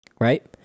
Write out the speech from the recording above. right